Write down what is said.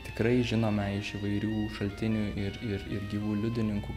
tikrai žinome iš įvairių šaltinių ir ir ir gyvų liudininkų